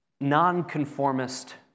non-conformist